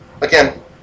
again